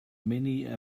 many